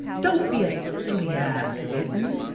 don't be a silly ass, layton.